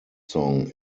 song